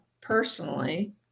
personally